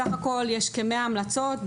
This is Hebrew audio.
בסך הכל יש כ-100 המלצות,